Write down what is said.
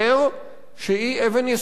שהיא אבן יסוד בדמוקרטיה.